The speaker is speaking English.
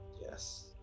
Yes